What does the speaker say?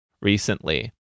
recently